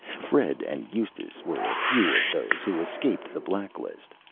fred and eustace were a few of those who escaped the black list.